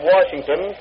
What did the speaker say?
Washington